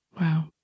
Wow